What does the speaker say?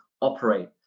operate